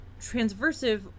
transversive